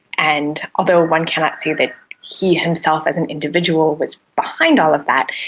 and although one cannot say that he himself as an individual was behind all of that,